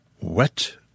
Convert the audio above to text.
Wet